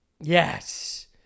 Yes